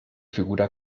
figura